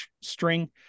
string